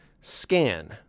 scan